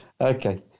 Okay